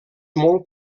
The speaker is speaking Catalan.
molt